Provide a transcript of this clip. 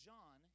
John